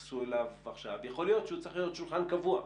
יכול להיות שהוא צריך להיות שולחן קבוע.